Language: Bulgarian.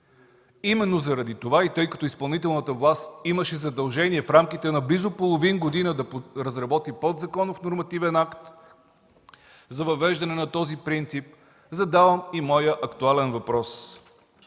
Именно заради това и тъй като изпълнителната власт имаше задължение в рамките на близо половин година да разработи подзаконов нормативен акт за въвеждане на този принцип, задавам и моя актуален въпрос: